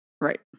Right